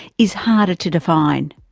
is harder to define.